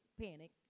panic